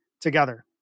together